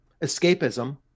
escapism